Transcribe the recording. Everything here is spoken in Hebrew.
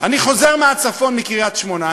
אני חוזר מהצפון, מקריית-שמונה.